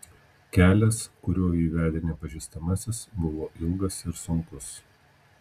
kelias kuriuo jį vedė nepažįstamasis buvo ilgas ir sunkus